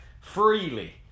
freely